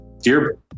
Dear